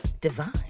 divine